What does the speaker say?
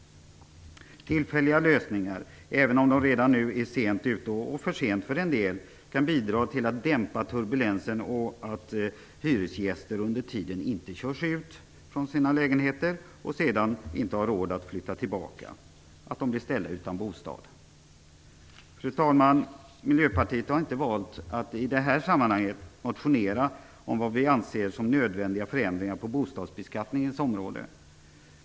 Tillfälliga lösningar, även om de kommer för sent för en del, kan bidra till att dämpa turbulensen och till att hyresgäster under tiden inte körs ut från sina lägenheter och sedan inte har råd att flytta tillbaka utan blir ställda utan bostad. Fru talman! Miljöpartiet har inte valt att i detta sammanhang motionera om vad vi anser som nödvändiga förändringar på bostadsbeskattningens område.